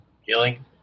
Healing